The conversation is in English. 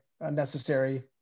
unnecessary